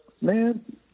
man